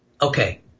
Okay